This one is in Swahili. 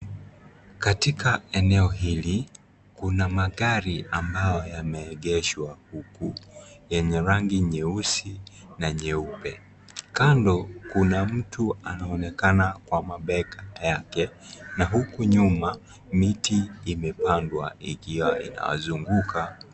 Katika eneo hili, kuna magari ambayo yameegeshwa huko, yenye rangi nyeusi na nyeupe. Kando kuna mtu anaonekana kwa mabega yake na huku nyuma miti imepandwa ikiwa inawazunguka.